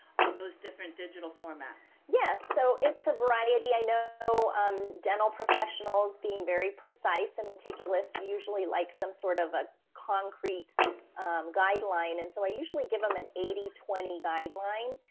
on those different digital formats. yes. so it's a variety. i know. so um dental professionals being very precise and meticulous, usually like some sort of a concrete guideline. and so i usually give them an eighty, twenty guideline.